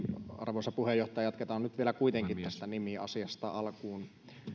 arvoisa puheenjohtaja jatketaan nyt vielä kuitenkin tästä nimiasiasta alkuun